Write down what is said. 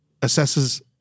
assesses